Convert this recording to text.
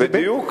בדיוק.